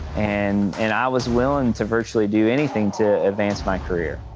and and i was willing to virtually do anything to advance my career.